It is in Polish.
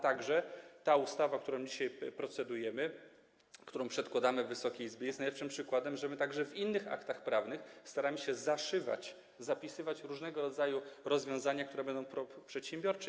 Także ta ustawa, nad którą dzisiaj procedujemy, którą przedkładamy Wysokiej Izbie, jest najlepszym przykładem, że także w innych aktach prawnych staramy się zaszywać, zapisywać różnego rodzaju rozwiązania, które będą proprzedsiębiorcze.